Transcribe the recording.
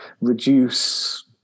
reduce